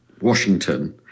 Washington